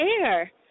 air